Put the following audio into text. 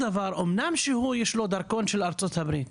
אמנם שהוא יש לו דרכון של ארה"ב,